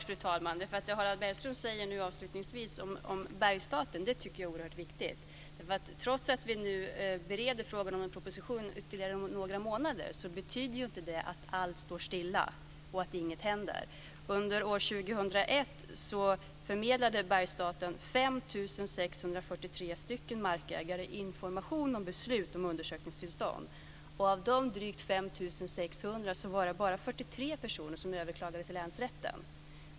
Fru talman! Det Harald Bergström avslutningsvis säger om bergsstaten tycker jag är oerhört viktigt. Trots att vi nu bereder en proposition ytterligare några månader betyder inte det att allt står stilla och att inget händer. Under år 2001 förmedlade bergsstaten information till 5 643 stycken markägare om beslut om undersökningstillstånd. Av de drygt 5 600 var det bara 43 personer som överklagade till länsrätten.